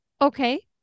Okay